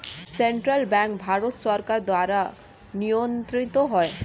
central bank Bharat সরকার দ্বারা নিয়ন্ত্রিত হয়